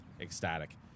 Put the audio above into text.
ecstatic